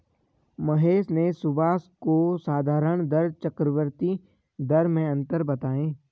महेश ने सुभाष को साधारण दर चक्रवर्ती दर में अंतर बताएं